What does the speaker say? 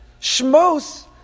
Shmos